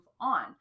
on